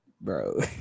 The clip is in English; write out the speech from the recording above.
Bro